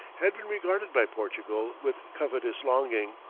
had been regarded by portugal with covetous longing,